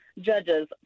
judges